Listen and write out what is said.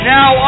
Now